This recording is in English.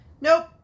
Nope